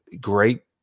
great